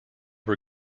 were